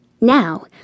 Now